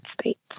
States